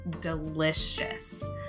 delicious